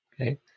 Okay